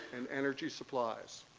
and energy supplies.